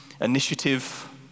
initiative